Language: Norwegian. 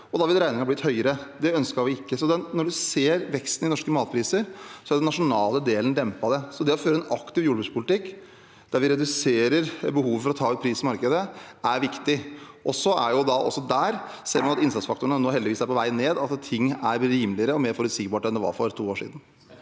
da ville regningen ha blitt høyere. Det ønsket vi ikke. Når man ser veksten i norske matpriser, har den nasjonale delen dempet det. Så det å føre en aktiv jordbrukspolitikk, der vi reduserer behovet for å ta ut pris i markedet, er viktig. Man ser nå at innsatsfaktorene heldigvis er på vei ned, og at ting er rimeligere og det er mer forutsigbart enn det var for to år siden.